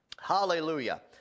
Hallelujah